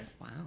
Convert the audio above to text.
Wow